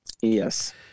yes